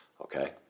okay